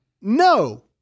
No